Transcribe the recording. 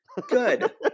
Good